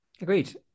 Agreed